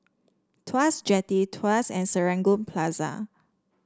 Tuas Jetty Tuas and Serangoon Plaza